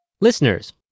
Listeners